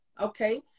okay